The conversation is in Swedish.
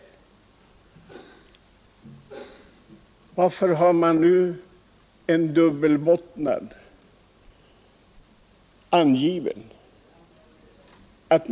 Varför har man nu en dubbelbottnad målsättning angiven?